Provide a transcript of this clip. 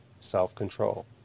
self-control